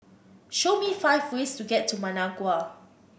show me five ways to get to Managua